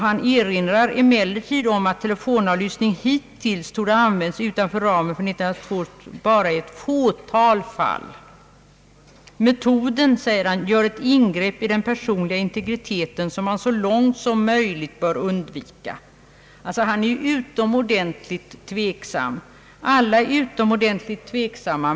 Han erinrar emellertid om att telefonavlyssning hittills torde ha använts utanför ramen för 1952 års tvångsmedelslag bara i ett fåtal fall. Metoden, säger han, utgör ett allvarligt ingrepp i den personliga integriteten, och den bör användas ytterligt restriktivt. Han är alltså utomordentligt tveksam. Alla är utomordentligt tveksamma.